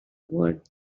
word